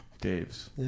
Dave's